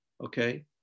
okay